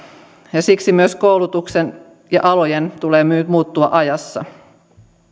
ja siksi myös koulutuksen ja alojen tulee muuttua ajassa